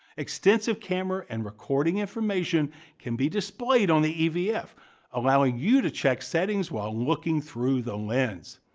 extensive camera and recording information can be displayed on the evf, allowing you to check settings while looking through the lens.